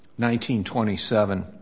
1927